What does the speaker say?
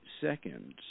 seconds